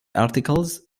articles